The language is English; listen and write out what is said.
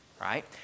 Right